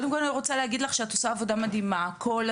קודם כול אני רוצה להגיד לך שאת עושה עבודה מדהימה רוב